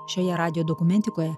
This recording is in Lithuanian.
šioje radijo dokumentikoje